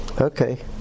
Okay